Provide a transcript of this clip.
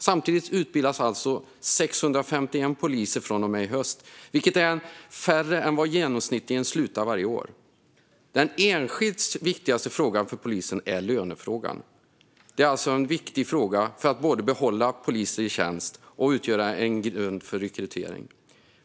Samtidigt utbildas alltså 651 poliser från och med i höst, vilket är färre än vad som genomsnittligen slutar varje år. Den enskilt viktigaste frågan för polisen är lönefrågan. Det är alltså en viktig fråga både när det gäller att behålla poliser i tjänst och när det gäller grund för rekrytering.